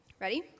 Ready